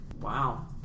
Wow